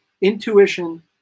intuition